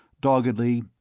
Doggedly